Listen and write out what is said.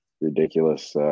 ridiculous